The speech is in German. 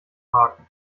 haken